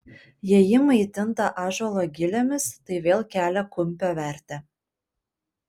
jei ji maitinta ąžuolo gilėmis tai vėl kelia kumpio vertę